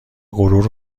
غرور